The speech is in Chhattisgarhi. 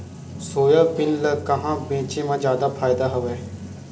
सोयाबीन ल कहां बेचे म जादा फ़ायदा हवय?